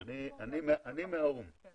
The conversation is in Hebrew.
אני אפתח את הדיון לחבריי.